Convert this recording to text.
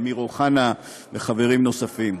אמיר אוחנה וחברים נוספים,